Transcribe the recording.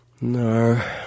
No